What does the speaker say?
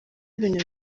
ibintu